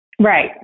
right